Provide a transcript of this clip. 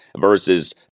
versus